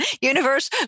Universe